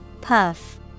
Puff